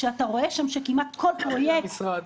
כשאתה רואה שם שכמעט כל פרויקט --- הלכתי למשרד,